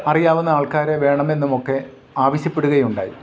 അറിയാവുന്ന ആൾക്കാരെ വേണമെന്നുമൊക്കെ ആവശ്യപ്പെടുകയുണ്ടായി